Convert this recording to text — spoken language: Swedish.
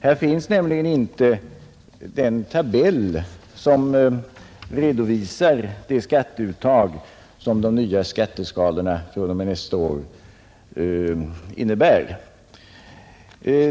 Här finns nämligen inte den tabell som redovisar de skatteuttag som de nya skatteskalorna fr.o.m. nästa år innebär.